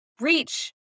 reach